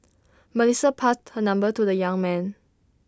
Melissa passed her number to the young man